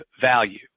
value